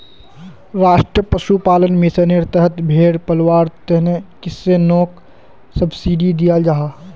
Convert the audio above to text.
राष्ट्रीय पशुपालन मिशानेर तहत भेड़ पलवार तने किस्सनोक सब्सिडी दियाल जाहा